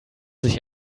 sich